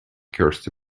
kirsty